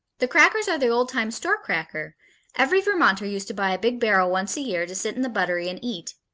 the crackers are the old-time store cracker every vermonter used to buy a big barrel once a year to set in the buttery and eat.